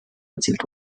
erzielt